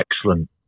excellent